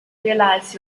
realize